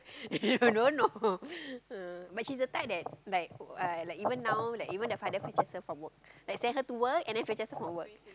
don't know uh but she's the type that like uh like even now like even the father fetches her from work like send her to work and then fetches her from work